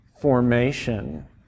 formation